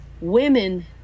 women